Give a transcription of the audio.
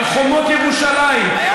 על חומות ירושלים,